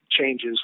changes